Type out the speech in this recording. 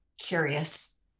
curious